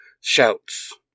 shouts